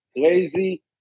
crazy